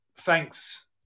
Thanks